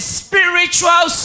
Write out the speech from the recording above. spiritual